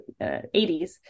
80s